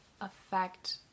affect